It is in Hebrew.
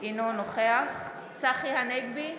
אינו נוכח צחי הנגבי,